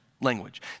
language